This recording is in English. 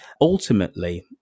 ultimately